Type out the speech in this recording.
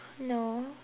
no